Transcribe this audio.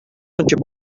ket